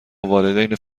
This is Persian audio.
والدین